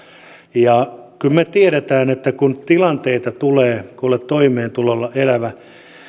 ja kyllä me tiedämme että tilanteita tulee kun on toimeentulotuella elävä